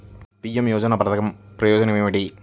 PM యోజన పధకం ప్రయోజనం ఏమితి?